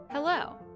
Hello